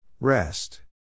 Rest